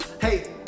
hey